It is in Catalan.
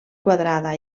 quadrada